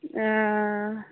ओ